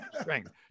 strength